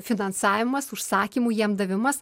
finansavimas užsakymų jam davimas